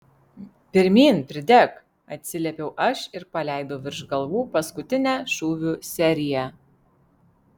pirmyn pridek atsiliepiau aš ir paleidau virš galvų paskutinę šūvių seriją